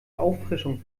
auffrischung